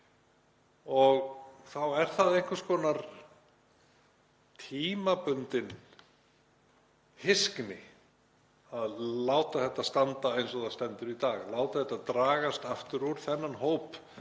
Þá er það einhvers konar tímabundin hyskni að láta þetta standa eins og það stendur í dag, láta þetta dragast aftur úr, þennan hóp